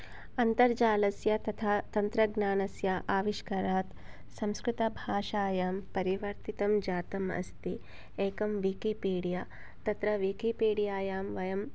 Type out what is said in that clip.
अन्तर्जालस्य तथा तन्त्रज्ञानस्य आविष्कारात् संस्कृतभाषायां परिवर्तनं जातम् अस्ति एकं विकिपीडिया तत्र विकिपीडियायां वयं